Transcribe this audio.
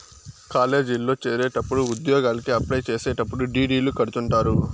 కాలేజీల్లో చేరేటప్పుడు ఉద్యోగలకి అప్లై చేసేటప్పుడు డీ.డీ.లు కడుతుంటారు